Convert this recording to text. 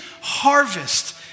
harvest